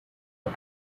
cup